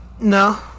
No